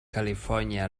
california